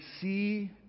See